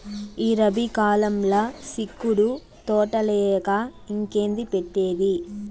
ఈ రబీ కాలంల సిక్కుడు తోటలేయక ఇంకేంది పెట్టేది